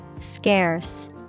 Scarce